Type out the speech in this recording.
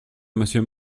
monsieur